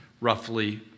roughly